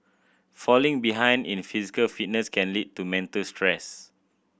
falling behind in physical fitness can lead to mental stress